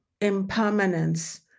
impermanence